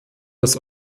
dass